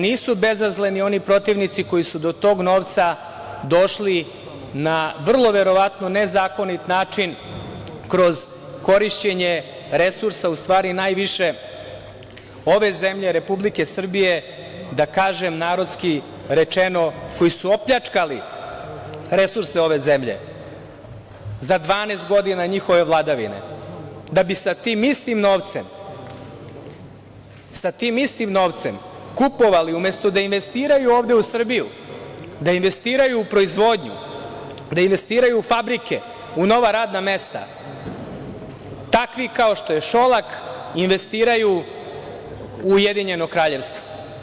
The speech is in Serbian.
Nisu bezazleni oni protivnici koji su do tog novca došli na, vrlo verovatno, nezakonit način, kroz korišćenje resursa, u stvari, najviše ove zemlje, Republike Srbije, da kažem narodski rečeno, koji su opljačkali resurse ove zemlje za 12 godina njihove vladavine, da bi sa tim istim novcem kupovali, umesto da investiraju ovde u Srbiju, da investiraju u proizvodnju, da investiraju u fabrike, u nova radna mesta, takvi kao što je Šolak investiraju u Ujedinjeno Kraljevstvo.